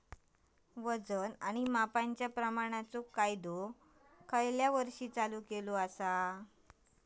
वजन आणि मापांच्या प्रमाणाचो कायदो खयच्या वर्षी चालू केलो?